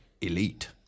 Elite